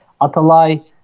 Atalay